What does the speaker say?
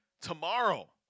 Tomorrow